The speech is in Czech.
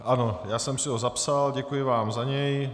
Ano, já jsem si ho zapsal, děkuji vám za něj.